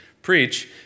Preach